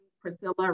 Priscilla